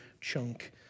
chunk